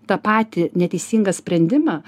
tą patį neteisingą sprendimą